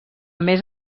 més